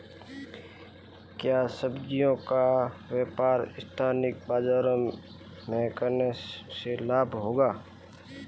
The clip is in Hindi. क्या सब्ज़ियों का व्यापार स्थानीय बाज़ारों में करने से लाभ होगा?